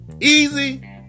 Easy